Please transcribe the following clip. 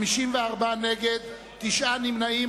54 נגד, תשעה נמנעים.